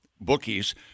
bookies